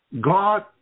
God